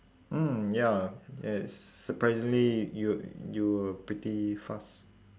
mm ya yes surprisingly you we~ you were pretty fast